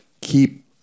Keep